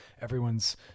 Everyone's